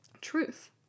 Truth